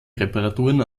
reparaturen